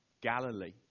Galilee